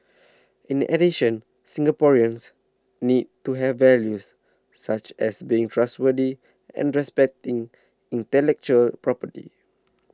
in addition Singaporeans need to have values such as being trustworthy and respecting intellectual property